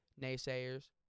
naysayers